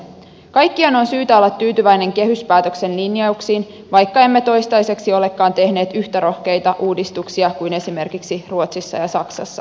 kaikkiaan on syytä olla tyytyväinen kehyspäätöksen linjauksiin vaikka emme toistaiseksi olekaan tehneet yhtä rohkeita uudistuksia kuin esimerkiksi ruotsissa ja saksassa